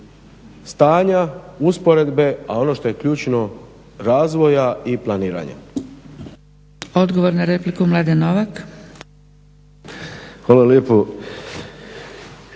stanja, usporedbe a ono što je ključno razvoja i planiranja.